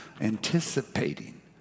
anticipating